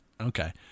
Okay